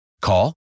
Call